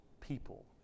people